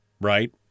right